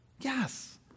Yes